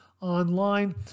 online